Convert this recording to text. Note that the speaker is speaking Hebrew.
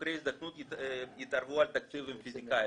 שחוקרי הזדקנות יתערבו על תקציב עם פיזיקאים,